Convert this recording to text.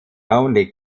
only